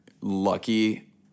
lucky